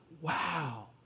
Wow